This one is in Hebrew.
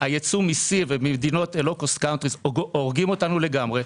הייצוא מיסים ומדינות לואו קואס הורגים אותנו לגמרי.